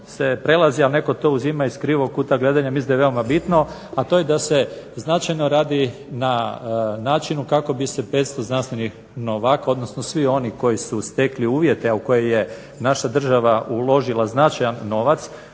se prelazi, a netko to uzima iz krivog kuta gledanja, mislim da je veoma bitno, a to je da se značajno radi na načinu kako bi se 500 znanstvenih novaka, odnosno svi oni koji su stekli uvjete a u koje je naša država uložila značajan novac,